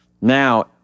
now